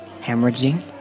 Hemorrhaging